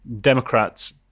Democrats